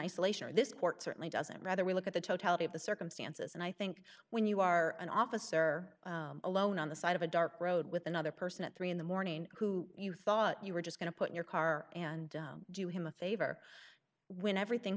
isolation or this court certainly doesn't rather we look at the totality of the circumstances and i think when you are an officer alone on the side of a dark road with another person at three in the morning who you thought you were just going to put your car and do him a favor when everything